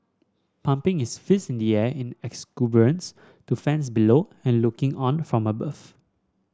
pumping his fist in the air in exuberance to fans below and looking on from above